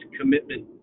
commitment